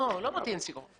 לא אמרתי שאין סיכום.